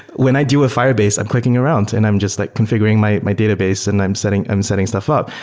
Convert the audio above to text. when i deal with firebase, i'm clicking around and i'm just like configuring my my database and i'm setting i'm setting stuff up.